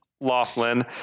laughlin